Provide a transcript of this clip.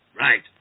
Right